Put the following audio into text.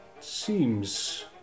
seems